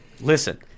Listen